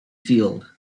field